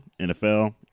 NFL